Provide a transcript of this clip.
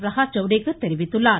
பிரகாஷ் ஜவ்டேகர் தெரிவித்துள்ளார்